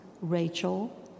Rachel